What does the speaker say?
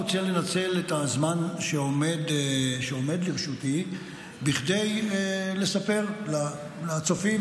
אני רוצה לנצל את הזמן שעומד לרשותי כדי לספר לצופים,